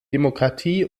demokratie